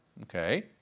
okay